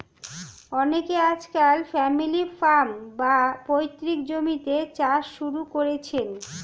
অনেকে আজকাল family farm, বা পৈতৃক জমিতে চাষ শুরু করেছেন